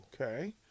Okay